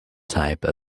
type